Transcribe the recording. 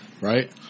Right